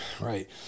right